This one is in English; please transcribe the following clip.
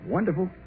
Wonderful